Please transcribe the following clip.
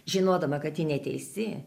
žinodama kad ji neteisi